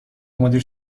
مدیر